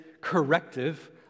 corrective